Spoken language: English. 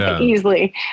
easily